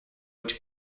which